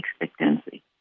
expectancy